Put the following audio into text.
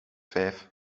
vijf